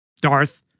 Darth